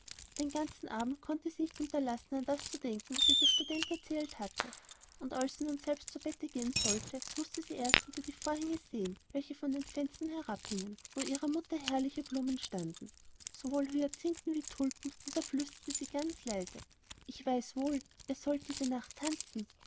den ganzen abend konnte sie nicht unterlassen an das zu denken was ihr der student erzählt hatte und als sie nun selbst zu bette gehen sollte mußte sie erst hinter die vorhänge sehen welche vor den fenstern herabhingen wo ihrer mutter herrliche blumen standen sowohl hyacinthen wie tulpen und da flüsterte sie ganz leise ich weiß wohl ihr sollt diese nacht tanzen